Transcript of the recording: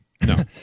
No